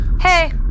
Hey